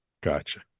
Gotcha